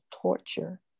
torture